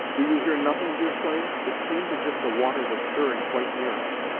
do you hear nothing, deerslayer it seemed as if the water was stirring quite near us!